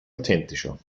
authentischer